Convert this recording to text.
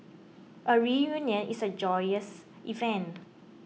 a reunion is a joyous event